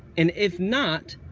and if not,